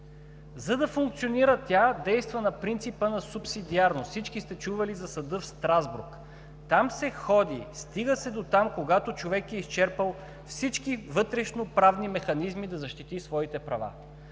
За да функционира, тя действа на принципа на субсидиарност. Всички сте чували за съда в Страсбург. Там се ходи, стига се дотам, когато човек е изчерпал всички вътрешноправни механизми, за да защити своите права.